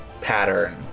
pattern